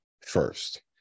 first